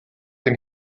dem